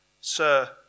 Sir